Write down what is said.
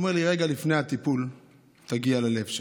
הוא אומר לי: רגע לפני הטיפול תגיע ללב שלו,